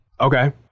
Okay